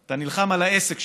אתה נלחם על העסק שלך.